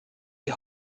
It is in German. die